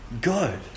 good